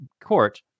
court